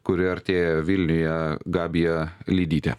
kuri artėja vilniuje gabija lidytė